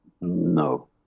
No